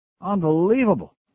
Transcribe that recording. Unbelievable